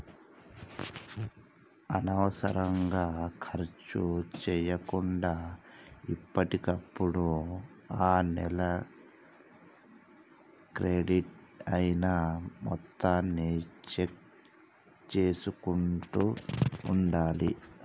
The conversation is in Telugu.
అనవసరంగా ఖర్చు చేయకుండా ఎప్పటికప్పుడు ఆ నెల క్రెడిట్ అయిన మొత్తాన్ని చెక్ చేసుకుంటూ ఉండాలి